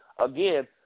Again